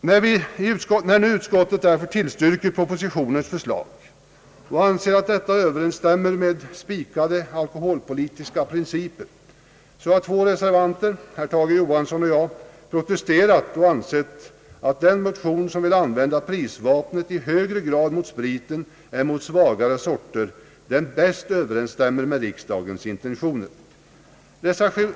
När utskottet nu tillstyrker propositionens förslag och anser att detta överensstämmer med fastställda alkoholpolitiska principer, har därför två reservanter, herr Tage Johansson och jag, protesterat och ansett att den motion som vill använda prisvapnet i högre grad mot spriten än mot svagare sorter bäst överensstämmer med riksdagens intentioner.